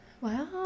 Wow